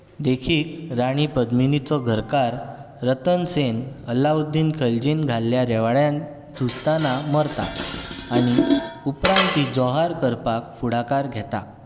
देखीक राणी पद्मिनीचो घरकार रतन सेन अलाउद्दीन खिलजीन घाल्ल्या रेवाड्यांत झुजतना मरता आनी उपरांत ती जोहार करपाक फुडाकार घेता